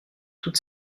toute